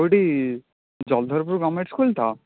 କୋଉଠି Jaladharpur government school ତ